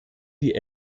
die